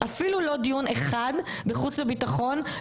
אפילו לא דיון אחד בחוץ וביטחון,